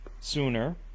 sooner